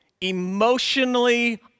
emotionally